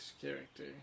character